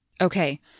okay